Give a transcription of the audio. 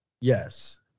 Yes